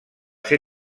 ser